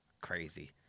crazy